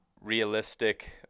realistic